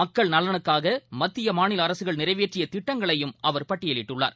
மக்கள் நலனுக்காகமத்தியமாநிலஅரசுகள் நிறைவேற்றியதிட்டங்களையும் அவர் பட்டியிலிட்டுள்ளார்